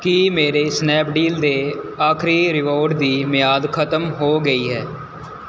ਕੀ ਮੇਰੇ ਸਨੈਪਡੀਲ ਦੇ ਆਖ਼ਰੀ ਰਿਵਾਰਡ ਦੀ ਮਿਆਦ ਖਤਮ ਹੋ ਗਈ ਹੈ